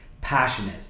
passionate